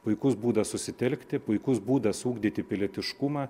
puikus būdas susitelkti puikus būdas ugdyti pilietiškumą